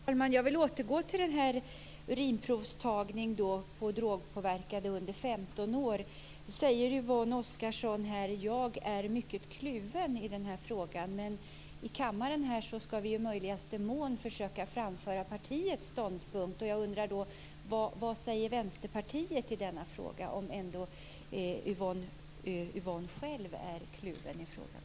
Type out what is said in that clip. Fru talman! Jag vill återgå till frågan om urinprovstagning på drogpåverkade personer under 15 år. Yvonne Oscarsson säger här att hon är mycket kluven i frågan. Men i kammaren ska vi i möjligaste mån försöka framföra partiets ståndpunkt. Yvonne själv är alltså kluven i frågan, men jag undrar vad Vänsterpartiet säger.